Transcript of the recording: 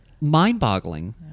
mind-boggling